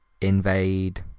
invade